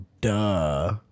duh